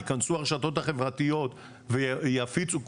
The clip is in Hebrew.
ייכנסו הרשתות החברתיות ויפיצו.